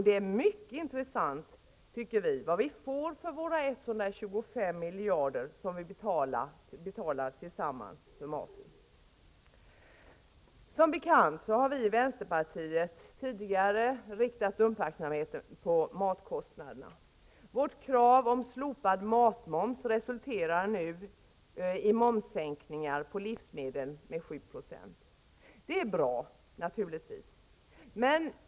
Det är mycket intressant vad vi får för de 125 miljarder som vi tillsammans betalar för maten. Som bekant har vi i vänsterpartiet tidigare riktat uppmärksamheten på matkostnaderna. Vårt krav på slopad matmoms resulterar nu i momssänkningar med 7 % på livsmedel. Det är naturligtvis bra.